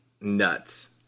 nuts